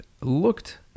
looked